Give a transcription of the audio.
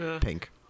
pink